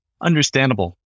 Understandable